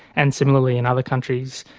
and similarly in other countries.